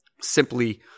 simply